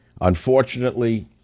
Unfortunately